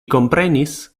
komprenis